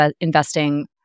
investing